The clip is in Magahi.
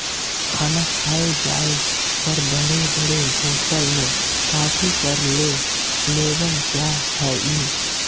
खाना खाए जाए पर बड़े बड़े होटल में काफी कर ले लेवल जा हइ